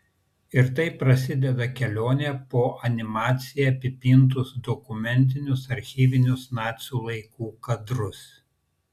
ir taip prasideda kelionė po animacija apipintus dokumentinius archyvinius nacių laikų kadrus